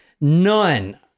none